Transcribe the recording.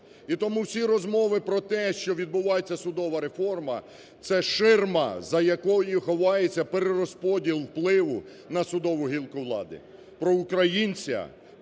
І тому всі розмови про те, що відбувається судова реформа, це ширма, за якою ховається перерозподіл впливу на судову гілку влади.